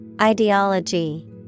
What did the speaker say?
Ideology